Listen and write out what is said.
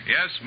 Yes